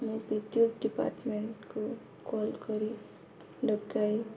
ମୁଁ ବିଦ୍ୟୁତ ଡିପାର୍ଟମେଣ୍ଟକୁ କଲ୍ କରି ଡକାଇ